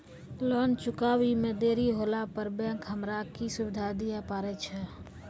Loan चुकब इ मे देरी होला पर बैंक हमरा की सुविधा दिये पारे छै?